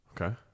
Okay